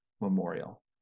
Memorial